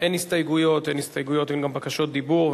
אין הסתייגויות ואין גם בקשות דיבור.